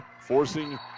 forcing